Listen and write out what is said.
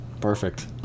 Perfect